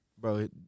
bro